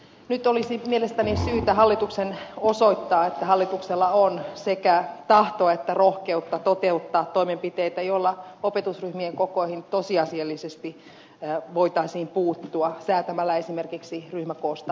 nyt olisi mielestäni syytä hallituksen osoittaa että hallituksella on sekä tahtoa että rohkeutta toteuttaa toimenpiteitä joilla opetusryhmien kokoihin tosiasiallisesti voitaisiin puuttua säätämällä esimerkiksi ryhmäkoosta laissa